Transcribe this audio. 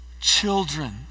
children